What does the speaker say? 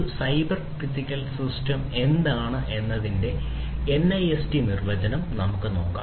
ഒരു cyber physical system എന്താണെന്നതിന്റെ NIST നിർവചനം നമുക്ക് നോക്കാം